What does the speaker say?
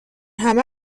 همه